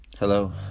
Hello